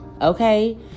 okay